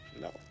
no